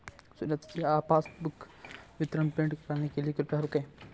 सुनीता जी आप पासबुक विवरण प्रिंट कराने के लिए कृपया रुकें